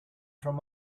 from